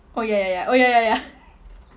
oh ya ya ya oh ya ya ya